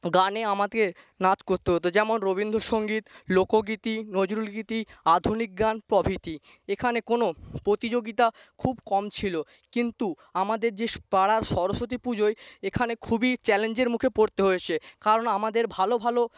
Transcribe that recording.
গানে আমাদের নাচ করতে হত যেমন রবীন্দ্র সঙ্গীত লোক গীতি নজরুল গীতি আধুনিক গান প্রভৃতি এখানে কোনো প্রতিযোগিতা খুব কম ছিলো কিন্তু আমাদের যে পাড়ার সরস্বতী পুজোয় এখানে খুবই চ্যালেঞ্জের মুখে পড়তে হয়েছে কারণ আমদের ভালো ভালো